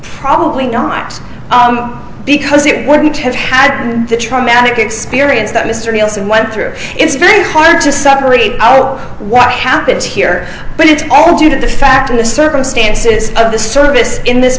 probably not because it wouldn't have had the traumatic experience that mr nelson went through it's very hard to separate out what happened here but it's all due to the fact of the circumstances of the service in this